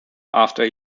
after